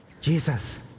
Jesus